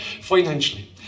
financially